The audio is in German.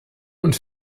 und